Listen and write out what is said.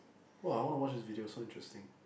!wow! I wanna watch this video so interesting